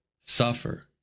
suffer